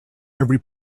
every